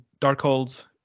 Darkholds